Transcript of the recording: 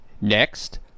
Next